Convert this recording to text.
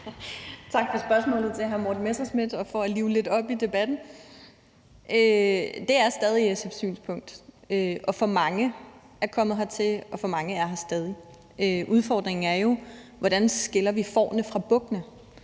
Tak til hr. Morten Messerschmidt for spørgsmålet og for at live debatten lidt op. Det er stadig SF's synspunkt – og for mange er kommet hertil, og for mange er her stadig. Udfordringen er jo, hvordan vi skiller fårene fra bukkene.